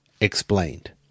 explained